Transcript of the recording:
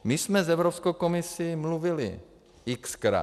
My jsme s Evropskou komisí mluvili xkrát.